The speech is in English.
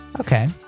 okay